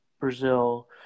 Brazil